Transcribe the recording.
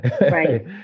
Right